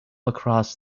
across